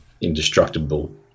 indestructible